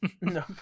no